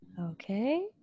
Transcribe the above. Okay